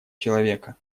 человека